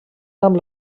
amb